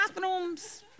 bathrooms